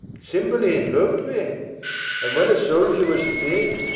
cymbeline lov'd me and when a soldier was the theme,